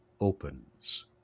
opens